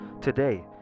today